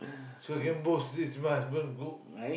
so can post this my husband cook